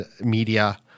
media